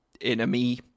enemy